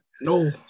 No